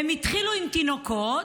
הם התחילו עם תינוקות,